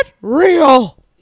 real